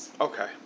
Okay